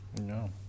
No